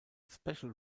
special